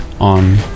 on